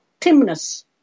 Timness